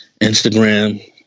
Instagram